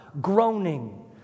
groaning